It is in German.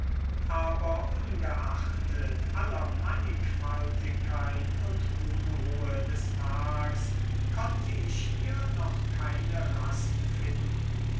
aber ungeachtet aller mannigfaltigkeit und unruhe des tags konnte ich hier noch keine rast finden